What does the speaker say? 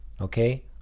Okay